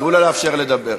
תאפשרו לה לדבר.